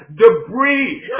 debris